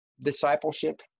discipleship